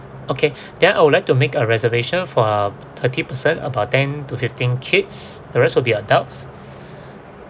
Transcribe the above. okay then I would like to make a reservation for thirty person about ten to fifteen kids the rest will be adults